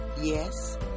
Yes